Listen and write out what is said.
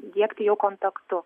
diegti jau kontaktu